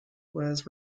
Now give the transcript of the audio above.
was